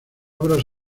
obras